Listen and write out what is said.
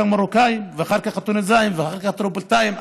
המרוקאים ואחר כך הטוניסאים ואחר כך הטריפוליטאים.